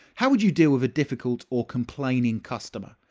how would you deal with a difficult or complaining customer?